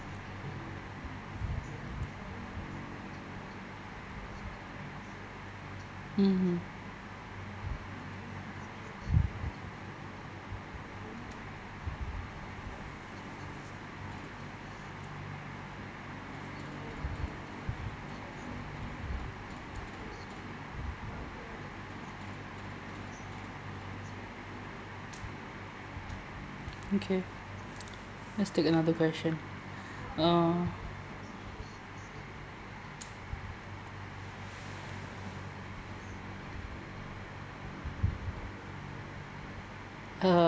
mmhmm okay let's take another question uh uh